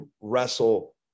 wrestle